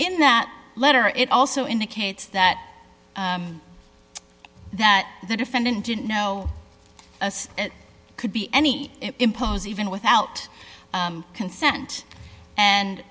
in that letter it also indicates that that the defendant didn't know it could be any impose even without consent and